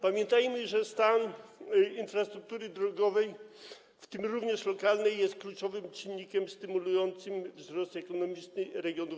Pamiętajmy, że stan infrastruktury drogowej, w tym lokalnej, jest kluczowym czynnikiem stymulującym wzrost ekonomiczny regionów.